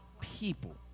people